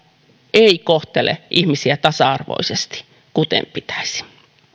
eikä kohtele ihmisiä tasa arvoisesti kuten pitäisi